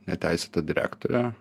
neteisėtą direktorę